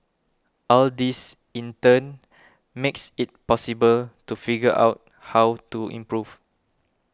all this in turn makes it possible to figure out how to improve